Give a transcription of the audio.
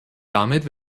damit